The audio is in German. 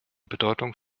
bedeutung